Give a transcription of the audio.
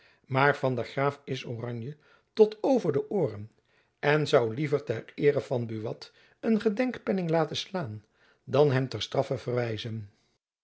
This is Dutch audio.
maar van der graef is oranje tot over de ooren en zoû liever ter eere van buat een gedenkpenning laten slaan dan hem ter straffe verwijzen